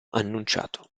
annunciato